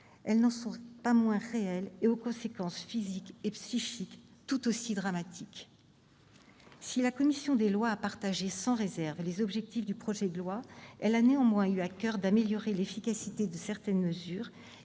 elles n'en restent pas moins réelles, avec des conséquences psychiques et physiques tout aussi dramatiques. Si la commission des lois a partagé sans réserve les objectifs du projet de loi, elle a néanmoins eu à coeur d'améliorer l'efficacité de certaines mesures